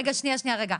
רגע שנייה, שנייה.